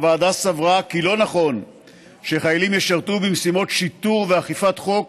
הוועדה סברה כי לא נכון שחיילים ישרתו במשימות שיטור ואכיפת חוק